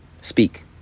speak